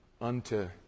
unto